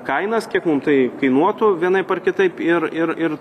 kainas kiek mum tai kainuotų vienaip ar kitaip ir ir ir